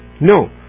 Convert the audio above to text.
no